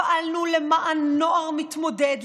פעלנו למען נוער מתמודד,